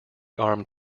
armed